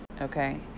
Okay